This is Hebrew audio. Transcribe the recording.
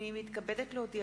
הנני מתכבדת להודיעכם,